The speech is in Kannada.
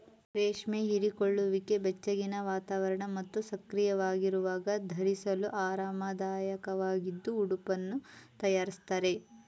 ರೇಷ್ಮೆ ಹೀರಿಕೊಳ್ಳುವಿಕೆ ಬೆಚ್ಚಗಿನ ವಾತಾವರಣ ಮತ್ತು ಸಕ್ರಿಯವಾಗಿರುವಾಗ ಧರಿಸಲು ಆರಾಮದಾಯಕವಾಗಿದ್ದು ಉಡುಪನ್ನು ತಯಾರಿಸ್ತಾರೆ